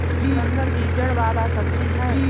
चुकंदर भी जड़ वाला सब्जी हअ